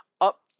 up